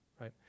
right